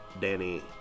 Danny